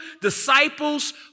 disciples